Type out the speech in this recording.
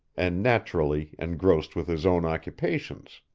and naturally engrossed with his own occupations.